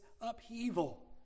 upheaval